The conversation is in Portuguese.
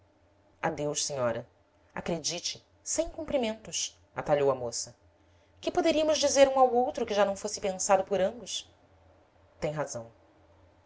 ma rido adeus senhora acredite sem cumprimentos atalhou a moça que poderíamos dizer um ao outro que já não fosse pensado por ambos tem razão